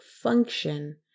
function